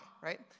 right